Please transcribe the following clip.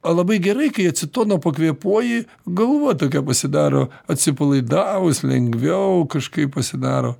labai gerai kai acetono pakvėpuoji galva tokia pasidaro atsipalaidavus lengviau kažkaip pasidaro